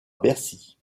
bercy